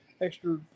extra